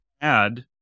add